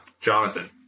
Jonathan